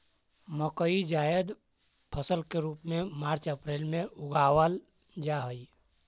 मकई जायद फसल के रूप में मार्च अप्रैल में उगावाल जा हई